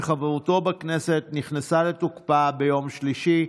שהפסקת חברותו בכנסת נכנסה לתוקפה ביום שלישי,